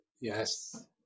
yes